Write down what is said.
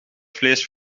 vlees